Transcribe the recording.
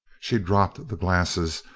she dropped the glasses.